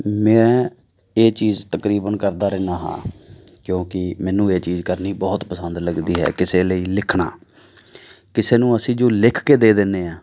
ਮੈਂ ਇਹ ਚੀਜ਼ ਤਕਰੀਬਨ ਕਰਦਾ ਰਹਿੰਦਾ ਹਾਂ ਕਿਉਂਕਿ ਮੈਨੂੰ ਇਹ ਚੀਜ਼ ਕਰਨੀ ਬਹੁਤ ਪਸੰਦ ਲੱਗਦੀ ਹੈ ਕਿਸੇ ਲਈ ਲਿਖਣਾ ਕਿਸੇ ਨੂੰ ਅਸੀਂ ਜੋ ਲਿਖ ਕੇ ਦੇ ਦਿੰਦੇ ਹਾਂ